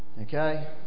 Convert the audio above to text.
Okay